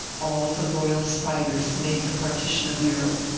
all the royal spiders made the partition of europe,